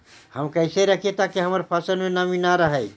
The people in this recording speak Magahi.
हम कैसे रखिये ताकी हमर फ़सल में नमी न रहै?